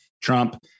Trump